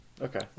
Okay